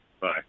Bye